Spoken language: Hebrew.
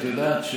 את יודעת,